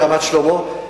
ברמת-שלמה.